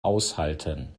aushalten